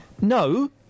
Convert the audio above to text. No